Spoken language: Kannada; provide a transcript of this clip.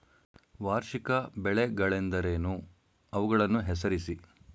ವಾರ್ಷಿಕ ಬೆಳೆಗಳೆಂದರೇನು? ಅವುಗಳನ್ನು ಹೆಸರಿಸಿ?